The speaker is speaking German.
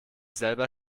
selber